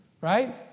right